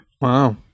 wow